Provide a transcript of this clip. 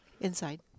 Inside